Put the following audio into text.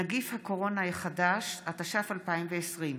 נגיף הקורונה החדש), התש"ף 2020,